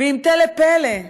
ועם "טלפלא",